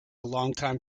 longtime